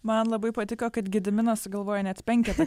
man labai patiko kad gediminas sugalvojo net penketą